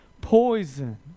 poison